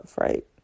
right